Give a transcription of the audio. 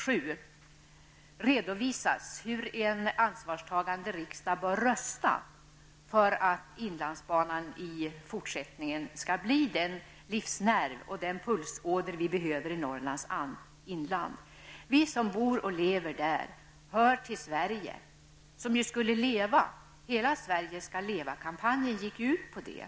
5 redovisas hur en ansvarstagande riksdag bör rösta för att inlandsbanan i fortsättningen skall bli den livsnerv och pulsåder vi behöver i Norrlands inland. Vi som bor och lever här hör till Sverige, som ju skulle leva. Hela Sverige skall leva-kampanjen gick ju ut på det.